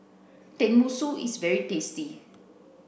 Tenmusu is very tasty